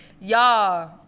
y'all